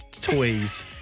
toys